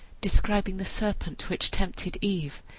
describing the serpent which tempted eve,